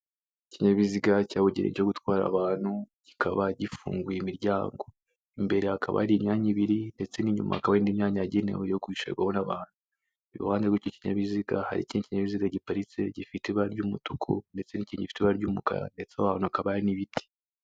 Ikinyabiziga cyabugene cyo gutwara abantu kikaba gifunguye imiryango imbere hakaba ari imyanya ibiri ndetse n'inyumakaba n'imyanya yagenewe yo kwicurwaho n'abantu iruhande rwikinyabiziga hari ikindi ikinyabiziga giparitse gifite ibara ry'umutuku ndetse n'ikindi gifite ibara ry'umukara ndetse abantu hakaba n'ibiti.